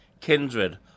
Kindred